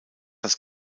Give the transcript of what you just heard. das